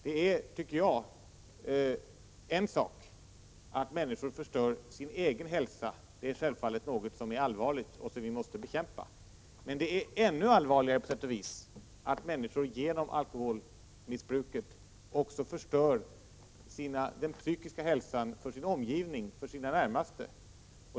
Det är, tycker jag, en sak att människor förstör sin egen hälsa. Det är självfallet allvarligt och något som vi måste bekämpa. Men det är på sätt och vis ännu allvarligare att människor genom alkoholmissbruket också förstör den psykiska hälsan för sin omgivning, för sina närmaste.